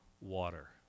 water